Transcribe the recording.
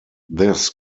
this